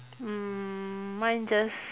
mm mine just